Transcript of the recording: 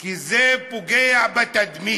כי זה פוגע בתדמית.